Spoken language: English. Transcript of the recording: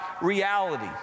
reality